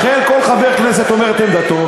לכן כל חבר כנסת אומר את עמדתו,